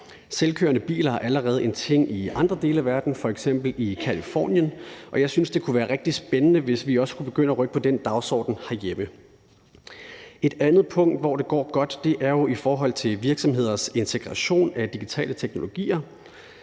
Selvkørende biler er allerede en ting i andre dele af verden, f.eks. i Californien, og jeg synes, det kunne være rigtig spændende, hvis vi også kunne begynde at rykke på den dagsorden herhjemme. Et andet punkt, hvor det går godt, er jo i forhold til virksomheders integration af digitale teknologier.